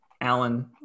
Alan